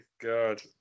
God